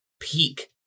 peak